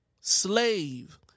Slave